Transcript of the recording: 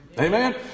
amen